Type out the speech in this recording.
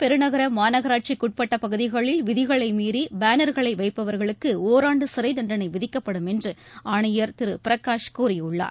பெருநகர மாநனாட்சிக்குட்பட்ட பகுதிகளில் விதிகளை மீறி பேனர்களை சென்னை வைப்பவர்களுக்கு ஓராண்டு சிறைத்தண்டனை விதிக்கப்படும் என்று ஆணையர் திரு பிரகாஷ் கூறியுள்ளார்